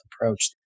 approach